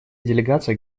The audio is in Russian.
делегация